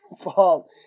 fault